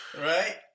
Right